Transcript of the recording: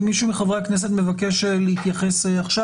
האם מישהו מחברי הכנסת מבקש להתייחס עכשיו?